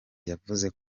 yavuze